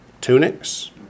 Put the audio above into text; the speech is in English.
Tunics